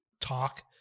talk